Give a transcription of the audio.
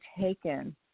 taken